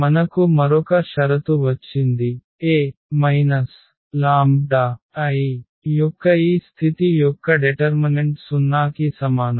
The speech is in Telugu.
మనకు మరొక షరతు వచ్చింది A λI యొక్క ఈ స్థితి యొక్క డెటర్మనెంట్ 0 కి సమానం